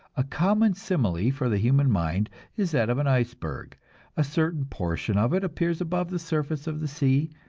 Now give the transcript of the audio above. a common simile for the human mind is that of an iceberg a certain portion of it appears above the surface of the sea,